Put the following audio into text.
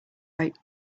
right